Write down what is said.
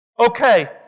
Okay